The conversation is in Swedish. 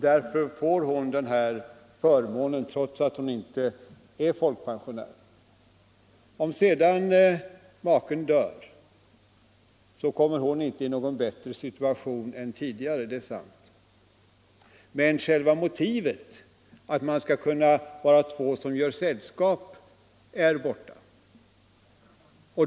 Därför får hon denna förmån att resa på halv biljett trots att hon inte är folkpensionär. Om sedan maken dör kommer hon inte i någon bättre situation än tidigare, det är sant. Men själva motivet att två makar skall kunna göra sällskap är borta.